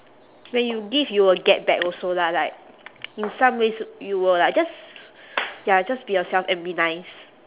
when you give you will get back also lah like in some ways you will like just ya just be yourself and be nice